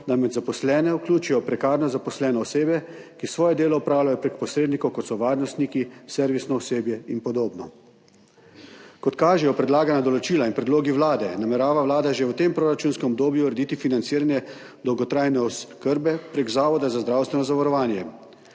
da med zaposlene vključijo prekarno zaposlene osebe, ki svoje delo opravljajo prek posrednikov, kot so varnostniki, servisno osebje in podobno. Kot kažejo predlagana določila in predlogi Vlade, namerava Vlada že v tem proračunskem obdobju urediti financiranje dolgotrajne oskrbe prek Zavoda za zdravstveno zavarovanje.